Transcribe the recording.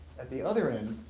at the other end,